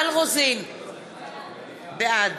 בעד